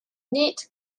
neat